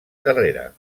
carrera